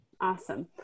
Awesome